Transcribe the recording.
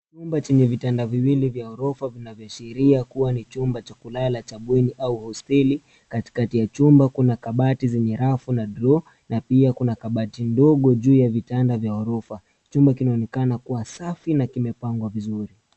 Chumba chenye vitanda viwili vya ghorofa vinavyoashiria kuwa ni chumba cha kulala cha bweni au hosteli. Katikati ya chumba kuna kabati zenye rafu na draw na pia kuna kabati ndogo juu ya vitanda vya ghorofa. Chumba kinaonekana kuwa safi na kimepangwa vizuri.